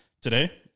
today